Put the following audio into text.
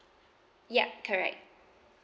yup correct